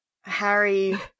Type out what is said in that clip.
Harry